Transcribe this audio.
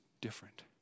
different